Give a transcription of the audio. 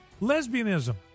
lesbianism